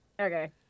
Okay